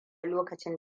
lokacin